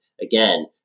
again